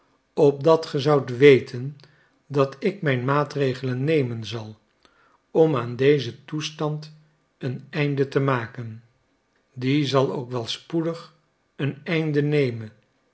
opdat ge zoudt weten dat ik mijn maatregelen nemen zal om aan dezen toestand een einde te maken die zal ook wel spoedig een einde nemen